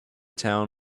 town